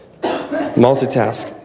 Multitask